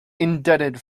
indebted